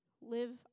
live